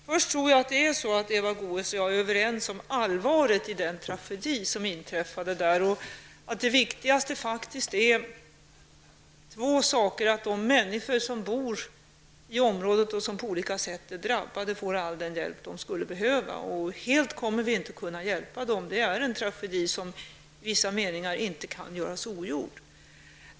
Herr talman! Jag tror att Eva Goe s och jag är överens om allvaret i den tragedi som inträffade i Tjernobyl och att det viktigaste faktiskt är två saker: Det är att de människor som bor i området och som på olika sätt är drabbade får all den hjälp de kan behöva. Helt kommer vi inte att kunna hjälpa dem. Det är en tragedi som i viss mening inte kan göras ogjord.